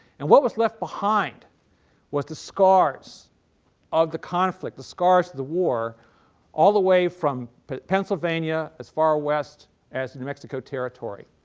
and what was left behind was the scars of the conflict, the scars of the war all the way from pennsylvania as far west as new mexico territory.